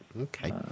Okay